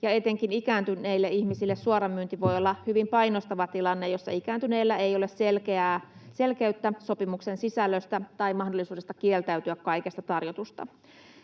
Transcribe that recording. etenkin ikääntyneille ihmisille suoramyynti voi olla hyvin painostava tilanne, jossa ikääntyneellä ei ole selkeyttä sopimuksen sisällöstä tai mahdollisuudesta kieltäytyä kaikesta tarjotusta.